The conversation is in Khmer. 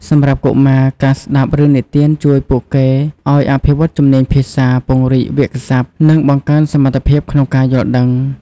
សម្រាប់កុមារ ការស្ដាប់រឿងនិទានជួយពួកគេឱ្យអភិវឌ្ឍជំនាញភាសា ពង្រីកវាក្យសព្ទ និងបង្កើនសមត្ថភាពក្នុងការយល់ដឹង។